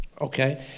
Okay